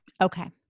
Okay